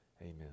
Amen